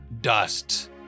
dust